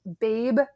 Babe